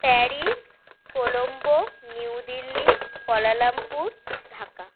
Paris Colombo New Delhi Kuala Lumpur Dhaka